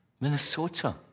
Minnesota